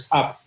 up